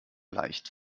leicht